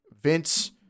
vince